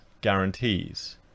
guarantees